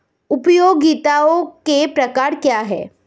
उपयोगिताओं के प्रकार क्या हैं?